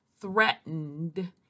threatened